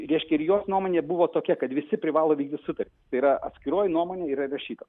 į reiškia ir jos nuomonė buvo tokia kad visi privalo vykdyt sutartį tai yra atskiroji nuomonė yra rašyta